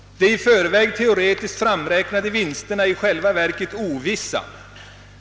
De i förväg teoretiskt framräknade vinsterna är i själva verket ovissa.